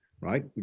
right